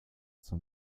zur